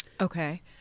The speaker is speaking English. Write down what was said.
Okay